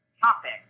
topic